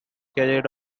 carried